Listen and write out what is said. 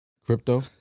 Crypto